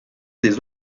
des